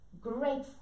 great